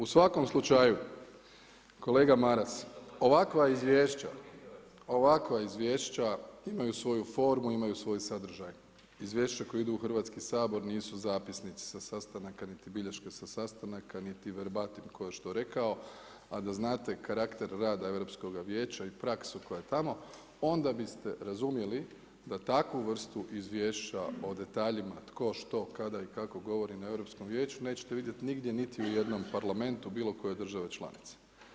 U svakom slučaju kolega Maras ovakva izvješća imaju svoju formu, imaju svoj sadržaj, izvješća koja idu u Hrvatski sabor nisu zapisnici sa sastanaka niti bilješke sa sastanaka niti verbatim tko je što rekao, a da znate karakter rada Europskoga vijeća i praksu koja je tamo onda biste razumjeli da takvu vrstu izvješća po detaljima tko, što, kada i kako govori na Europskom vijeću nećete vidjet nigdje niti u jednom Parlamentu bilo koje države članice.